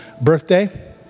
birthday